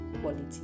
quality